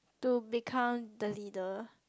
to become the leader